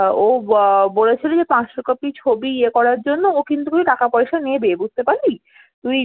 ও বলেছিল যে পাঁচশো কপি ছবি ইয়ে করার জন্য ও কিন্তু কিছু টাকা পয়সা নেবে বুঝতে পারলি তুই